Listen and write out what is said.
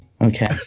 okay